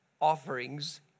offerings